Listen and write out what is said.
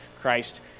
Christ